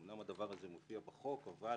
אמנם זה מופיע בחוק, אבל